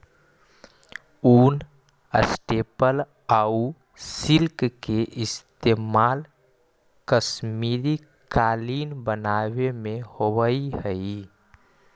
ऊन, स्टेपल आउ सिल्क के इस्तेमाल कश्मीरी कालीन बनावे में होवऽ हइ